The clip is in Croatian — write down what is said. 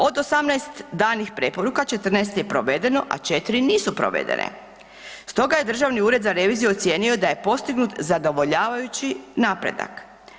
Od 18 danih preporuka 14 je provedeno, a 4 nisu provedene, stoga je Državni ured za reviziju ocijenio da je postignut zadovoljavajući napredak.